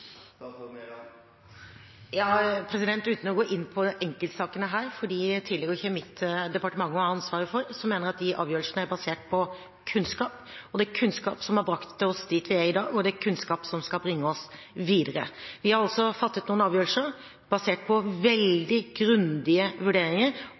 Uten å gå inn på enkeltsakene her, for det tilligger ikke mitt departement å ha ansvaret for, mener jeg at de avgjørelsene er basert på kunnskap, og det er kunnskap som har brakt oss dit vi er i dag, og det er kunnskap som skal bringe oss videre. Vi har også fattet noen avgjørelser basert på